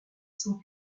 sans